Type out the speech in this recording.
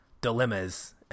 dilemmas